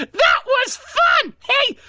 but that was fun. hey,